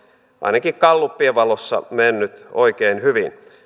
ainakin gallupien valossa mennyt oikein hyvin